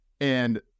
And-